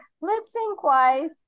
lip-sync-wise